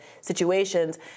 situations